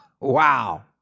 Wow